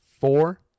four